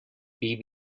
bea